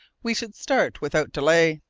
we should start without delay.